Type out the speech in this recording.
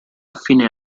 fine